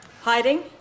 Hiding